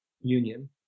union